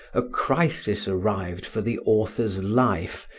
a crisis arrived for the author's life,